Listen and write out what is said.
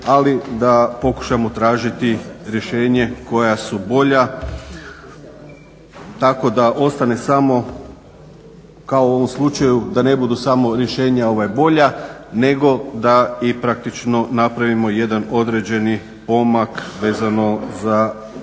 ali da pokušamo tražiti rješenja koja su bolja, tako da ostane samo kao u ovom slučaju da ne budu samo rješenja bolja nego da i praktično napravimo jedan određeni pomak vezano za